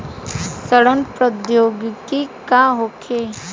सड़न प्रधौगिकी का होखे?